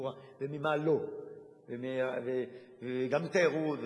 בתחבורה ובמה לא גם תיירות,